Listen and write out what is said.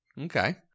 Okay